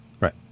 Right